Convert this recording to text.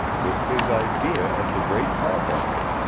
with his idea of the great carbuncle.